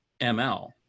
ML